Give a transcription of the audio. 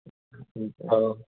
औ